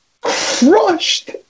crushed